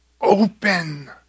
open